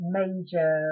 major